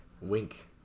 Wink